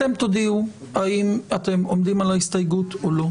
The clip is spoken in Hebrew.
אתם תודיעו האם אתם עומדים על ההסתייגות או לא.